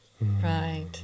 Right